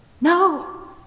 No